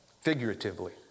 figuratively